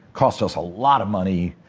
cost us a lot of money.